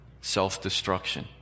self-destruction